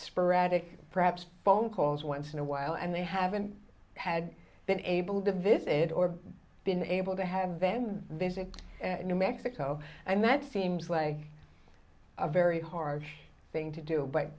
sporadic perhaps phone calls once in a while and they haven't had been able to visit or been able to have them visit new mexico and that seems way a very hard thing to do but